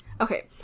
Okay